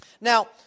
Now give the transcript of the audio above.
Now